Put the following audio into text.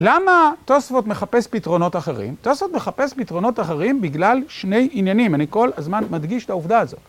למה תוספות מחפש פתרונות אחרים? תוספות מחפש פתרונות אחרים בגלל שני עניינים, אני כל הזמן מדגיש את העובדה הזאת.